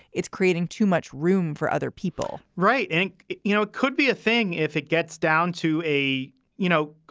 it's creating too much room for other people right. and you know, could be a thing if it gets down to a you know,